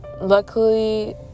Luckily